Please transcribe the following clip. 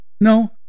No